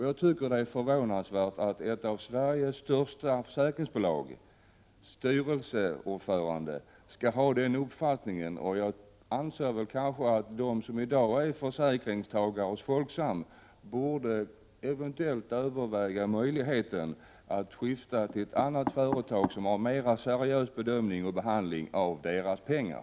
Jag tycker att det är förvånansvärt att Om marknadsföringen styrelseordföranden i ett av Sveriges största försäkringsbolag kan ha den 2 ;; z een avs.k. personlighetsuppfattningen, och jag anser att de som i dag är försäkringstagare hos Järten Folksam borde överväga möjligheten att skifta till annat företag som har en mera seriös inställning i fråga om behandlingen av deras pengar.